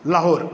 Lahore